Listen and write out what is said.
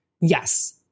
yes